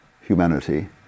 humanity